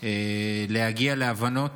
להגיע להבנות,